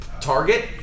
target